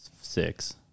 six